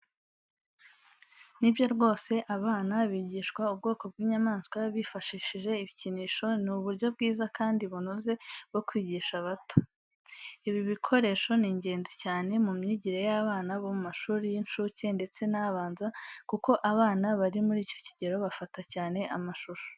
Ni byo rwose, abana bigishwa ubwoko bw’inyamaswa bifashishije ibikinisho ni uburyo bwiza kandi bunoze bwo kwigisha bato. Ibi bikoresho ni ingenzi cyane mu myigire y’abana bo mu mashuri y’inshuke ndetse n’abanza kuko abana bari muri icyo kigero bafata cyane amashusho.